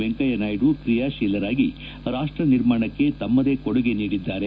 ವೆಂಕಯ್ಯನಾಯ್ಡು ತ್ರೀಯಾತೀಲರಾಗಿ ರಾಷ್ಟ ನಿರ್ಮಾಣಕ್ಕೆ ತಮ್ದದೇ ಕೊಡುಗೆ ನೀಡಿದ್ದಾರೆ